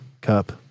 cup